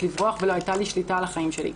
לברוח ולא הייתה לי שליטה על החיים שלי.